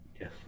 Yes